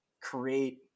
create